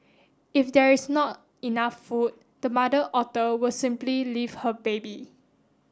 if there is not enough food the mother otter will simply leave her baby